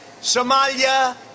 Somalia